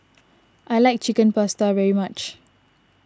I like Chicken Pasta very much